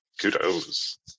kudos